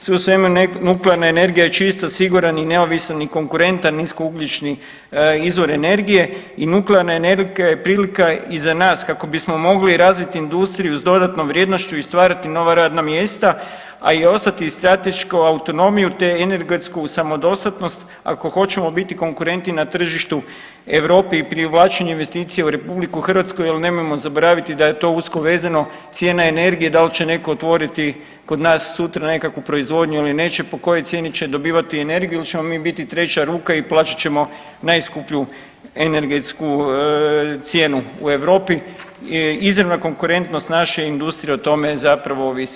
Sve u svemu nuklearna energija je čisto siguran i neovisan i konkurentan niskougljični izvor energije i nuklearna energija je prilika i za nas kako bismo mogli razvit industriju s dodatnom vrijednošću i stvarati nova radna mjesta, a i ostati stratešku autonomiju, te energetsku samodostatnost ako hoćemo biti konkurentni na tržištu Europe i privlačenju investicije u RH jel nemojmo zaboraviti da je to usko vezano, cijena energije dal će netko otvoriti kod nas sutra nekakvu proizvodnju ili neće, po kojoj cijeni će dobivati energiju il ćemo mi biti treća ruka i plaćat ćemo najskuplju energetsku cijenu u Europi, izravna konkurentnost naše industrije o tome zapravo ovisi.